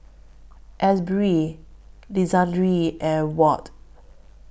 Asbury Lisandro and Watt